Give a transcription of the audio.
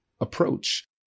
approach